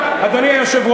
ואנחנו נגדל.